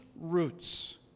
roots